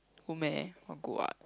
cool meh not good what